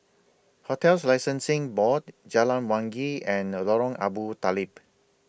hotels Licensing Board Jalan Wangi and Lorong Abu Talib